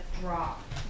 drop